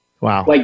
Wow